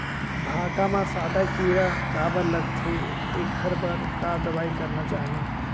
भांटा म सादा कीरा काबर लगथे एखर बर का दवई करना चाही?